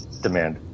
demand